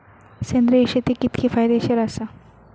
सेंद्रिय शेती कितकी फायदेशीर आसा?